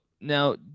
now